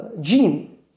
gene